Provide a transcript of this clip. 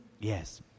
Yes